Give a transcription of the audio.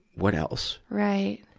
what else. right.